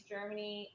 Germany